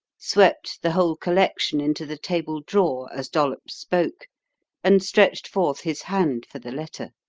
swept the whole collection into the table drawer as dollops spoke and stretched forth his hand for the letter.